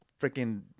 freaking